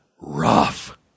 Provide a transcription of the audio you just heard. rough